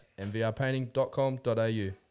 mvrpainting.com.au